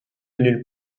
nulle